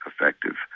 effective